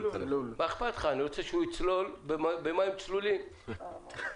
בבקשה.